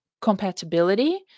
compatibility